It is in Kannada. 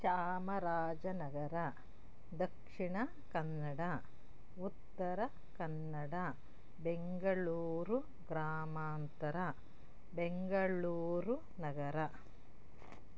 ಚಾಮರಾಜನಗರ ದಕ್ಷಿಣ ಕನ್ನಡ ಉತ್ತರ ಕನ್ನಡ ಬೆಂಗಳೂರು ಗ್ರಾಮಾಂತರ ಬೆಂಗಳೂರು ನಗರ